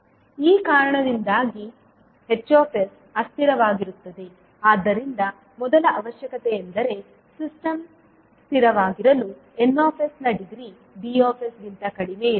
ಈ ಕಾರಣದಿಂದಾಗಿ Hs ಅಸ್ಥಿರವಾಗಿರುತ್ತದೆ ಆದ್ದರಿಂದ ಮೊದಲ ಅವಶ್ಯಕತೆಯೆಂದರೆ ಸಿಸ್ಟಮ್ ಸ್ಥಿರವಾಗಿರಲು Ns ನ ಡಿಗ್ರಿ D ಗಿಂತ ಕಡಿಮೆಯಿರಬೇಕು